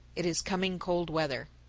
it is coming cold weather.